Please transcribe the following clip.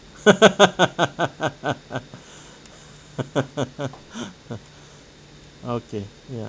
okay ya